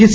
H